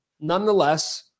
Nonetheless